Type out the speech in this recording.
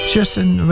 Justin